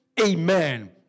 Amen